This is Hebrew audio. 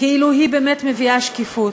כאילו היא באמת מביאה שקיפות.